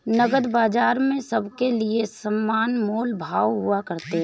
नकद बाजार में सबके लिये समान मोल भाव हुआ करते हैं